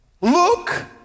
Look